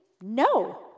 No